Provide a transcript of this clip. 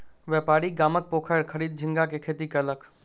व्यापारी गामक पोखैर खरीद झींगा के खेती कयलक